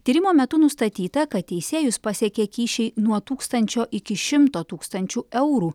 tyrimo metu nustatyta kad teisėjus pasiekė kyšiai nuo tūkstančio iki šimto tūkstančių eurų